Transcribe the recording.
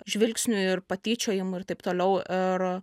žvilgsnių ir patyčiojimų ir taip toliau ir